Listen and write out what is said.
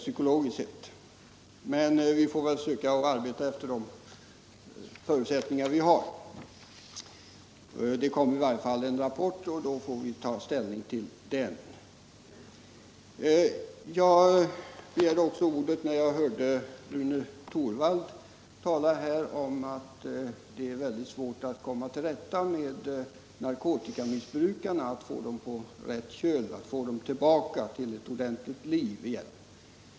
Men vi får väl försöka att arbeta efter de för utsättningar vi har. Det skall som sagt komma en rapport, och då får vi ta ställning till den. Jag begärde ordet också därför att jag hörde Rune Torwald tala om att det är väldigt svårt att komma till rätta med narkotikamissbrukarna, att få dem på rätt köl och att få dem tillbaka till ett normalt liv.